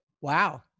Wow